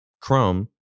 chrome